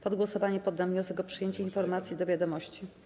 Pod głosowanie poddam wniosek o przyjęcie informacji do wiadomości.